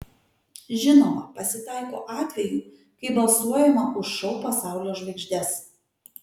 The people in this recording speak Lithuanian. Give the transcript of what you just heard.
žinoma pasitaiko atvejų kai balsuojama už šou pasaulio žvaigždes